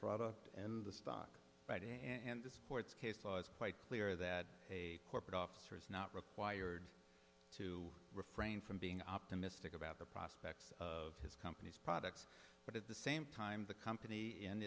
product and the stock right and the sports case was quite clear that a corporate officers not required to refrain from being optimistic about the prospects of his company's products but at the same time the company